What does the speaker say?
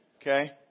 Okay